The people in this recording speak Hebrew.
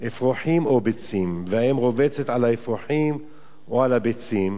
אפרֹחים או ביצים והאם רֹבצת על האפרֹחים או על הביצים